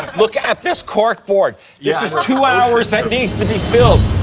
look at this cork board. yeah this is two hours that needs to be filled.